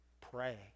pray